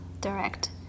direct